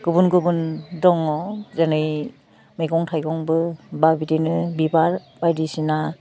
गुबुन गुबुन दङ जेनै मैगं थाइगंबो बा बिदिनो बिबार बायदिसिना